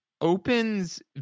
opens